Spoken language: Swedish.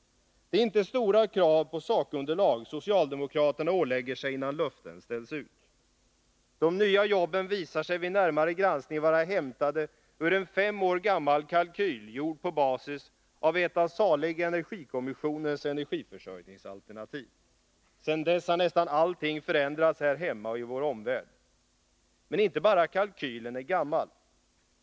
Det är inte stora krav på sakunderlag socialdemokraterna ålägger sig innan löften ställs ut. De nya jobben visar sig vid närmare granskning vara hämtade ur en fem år gammal kalkyl gjord på basis av ett av salig energikomissionens energiförsörjningsalternativ. Sedan dess har nästan allting förändrats här hemma och i vår omvärld. Men inte bara kalkylen är gammal.